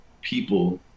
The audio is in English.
people